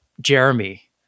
Jeremy